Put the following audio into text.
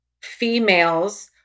females